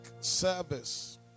service